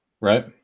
Right